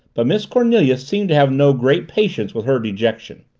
but miss cornelia seemed to have no great patience with her dejection.